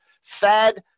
Fed